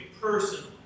personally